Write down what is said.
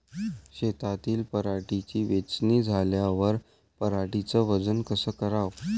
शेतातील पराटीची वेचनी झाल्यावर पराटीचं वजन कस कराव?